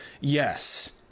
Yes